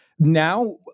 Now